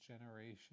generation